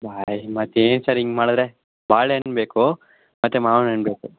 ಮತ್ತೆ ಏನು ಸರ್ ಹಿಂಗೆ ಮಾಡಿದ್ರೆ ಬಾಳೆಣ್ಣು ಬೇಕು ಮತ್ತೆ ಮಾವ್ನ ಹಣ್ ಬೇಕು